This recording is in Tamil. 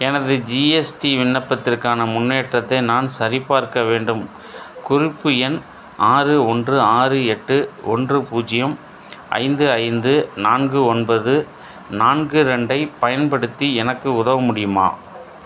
எனது ஜிஎஸ்டி விண்ணப்பத்திற்கான முன்னேற்றத்தை நான் சரிபார்க்க வேண்டும் குறிப்பு எண் ஆறு ஒன்று ஆறு எட்டு ஒன்று பூஜ்ஜியம் ஐந்து ஐந்து நான்கு ஒன்பது நான்கு ரெண்டை பயன்படுத்தி எனக்கு உதவ முடியுமா